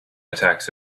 attacks